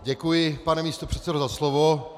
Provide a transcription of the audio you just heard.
Děkuji, pane místopředsedo, za slovo.